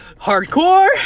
hardcore